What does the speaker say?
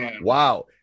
wow